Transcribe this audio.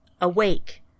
awake